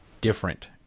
different